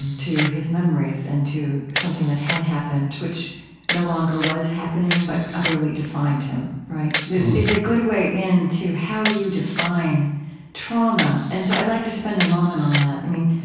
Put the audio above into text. and to his memories and to something that had happened, which no longer was happening but utterly defined him, is is a good way in to how you define trauma. and so i'd like to spend a moment on that. i mean,